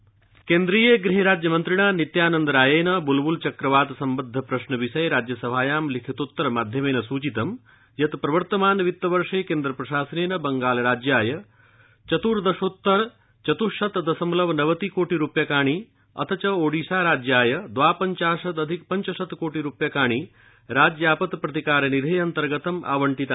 ब्ल ब्ल चक्रवात केन्द्रीय गृहराज्यमन्त्रिणा नित्यानन्दरायेन बुलबुल चक्रवात सम्बद्ध प्रश्नविषये राज्यसभायां लिखितोत्तर माध्यमेन सृचितं यत् प्रवर्तमान वित्त वर्षे केन्द्रप्रशासनेन बंगालराज्याय चतुर्दशोत्तर चतुश्शत दशमलव नवति कोर्डिकप्यकाणि अथ च ओडिशा राज्याय द्वापञ्चाशदधिक पञ्चशत रूप्यकाणि राज्यापत्प्रतीकारनिधे अन्तर्गत पूर्वमेव आवणित्रिानि सन्ति